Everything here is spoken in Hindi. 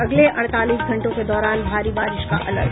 अगले अड़तालीस घंटों के दौरान भारी बारिश का अलर्ट